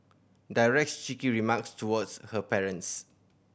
directs cheeky remarks towards her parents